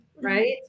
Right